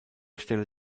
stelle